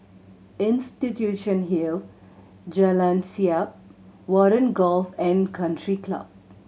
Institution Hill Jalan Siap Warren Golf And Country Club